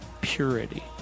purity